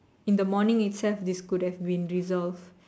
in the morning itself this could have been resolved